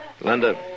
Linda